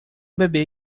bebê